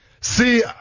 See